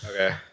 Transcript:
Okay